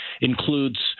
includes